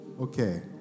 Okay